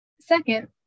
Second